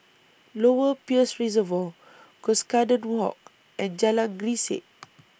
Lower Peirce Reservoir Cuscaden Walk and Jalan Grisek